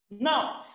Now